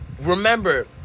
Remember